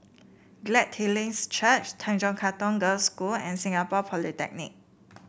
Glad Tidings Church Tanjong Katong Girls' School and Singapore Polytechnic